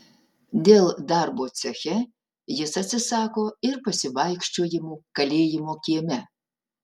dėl darbo ceche jis atsisako ir pasivaikščiojimų kalėjimo kieme